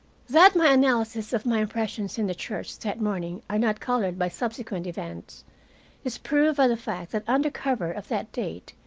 that my analysis of my impressions in the church that morning are not colored by subsequent events is proved by the fact that under cover of that date,